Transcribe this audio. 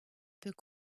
peut